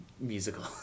musical